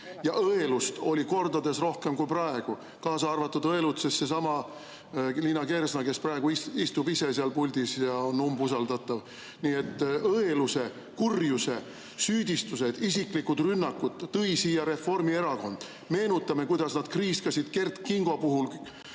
ja õelust oli kordades rohkem kui praegu. Kaasa arvatud õelutses seesama Liina Kersna, kes praegu istub ise seal puldis ja on umbusaldatav. Nii et õeluse, kurjuse, süüdistused, isiklikud rünnakud tõi siia Reformierakond. Meenutame, kuidas nad kriiskasid Kert Kingo puhul